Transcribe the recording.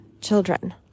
children